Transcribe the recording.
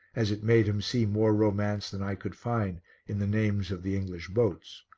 as it made him see more romance than i could find in the names of the english boats.